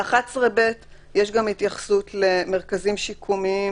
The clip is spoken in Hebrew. ב-11(ב) יש גם התייחסות למרכזים שיקומיים.